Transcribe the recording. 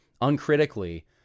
uncritically